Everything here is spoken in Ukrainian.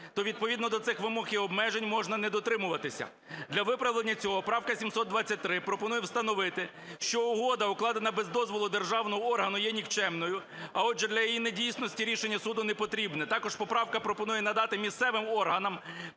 то відповідно до цих вимог і обмежень можна не дотримуватись. Для виправлення цього правка 723 пропонує встановити, що угода, укладена без дозволу державного органу, є нікчемною, а, отже, для її недійсності рішення суду не потрібно. Також поправка пропонує надати місцевим органам